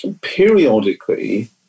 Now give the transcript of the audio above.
periodically